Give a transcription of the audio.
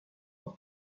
pour